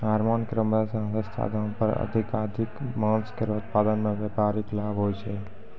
hormone केरो मदद सें सस्ता दाम पर अधिकाधिक मांस केरो उत्पादन सें व्यापारिक लाभ होय छै